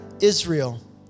Israel